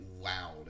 loud